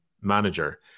manager